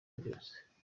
byose